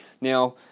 Now